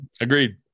agreed